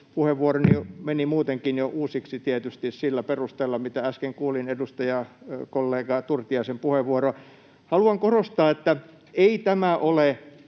Puheenvuoroni meni muutenkin jo uusiksi tietysti sillä perusteella, mitä äsken kuulin edustajakollega Turtiaisen puheenvuoroa. Haluan korostaa, että ei tämä ole